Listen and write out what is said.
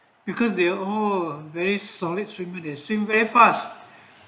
because they are all very solid string with a swim very fast